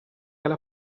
alla